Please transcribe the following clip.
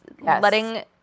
letting